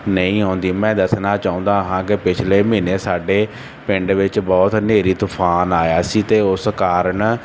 ਨਹੀਂ ਆਉਂਦੀ ਮੈਂ ਦੱਸਣਾ ਚਾਹੁੰਦਾ ਹਾਂ ਕਿ ਪਿਛਲੇ ਮਹੀਨੇ ਸਾਡੇ ਪਿੰਡ ਵਿੱਚ ਬਹੁਤ ਹਨੇਰੀ ਤੂਫਾਨ ਆਇਆ ਸੀ ਅਤੇ ਉਸ ਕਾਰਨ